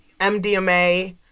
MDMA